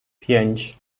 pięć